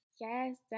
Yes